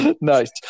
Nice